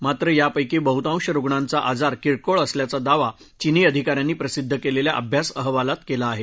मात्र यापैकी बहुतांश रुग्णांचा आजार किरकोळ असल्याचा दावा चीनी अधिकाऱ्यांनी प्रसिद्ध केलेल्या अभ्यास अहवालात केला आहे